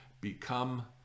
become